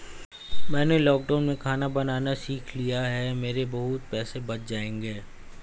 मैंने लॉकडाउन में खाना बनाना सीख लिया है, मेरे बहुत पैसे बच जाएंगे